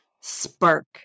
spark